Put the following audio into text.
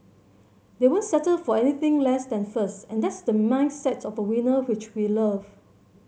they won't settle for anything less than first and that's the mindset of a winner which we love